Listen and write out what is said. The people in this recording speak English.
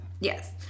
Yes